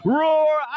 roar